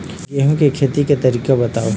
गेहूं के खेती के तरीका बताव?